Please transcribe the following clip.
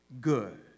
good